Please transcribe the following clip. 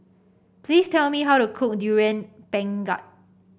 please tell me how to cook Durian Pengat